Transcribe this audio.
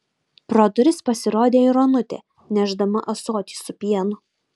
pro duris pasirodė ir onutė nešdama ąsotį su pienu